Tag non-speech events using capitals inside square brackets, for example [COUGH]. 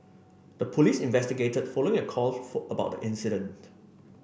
the police investigated following a call [UNINTELLIGIBLE] for about the incident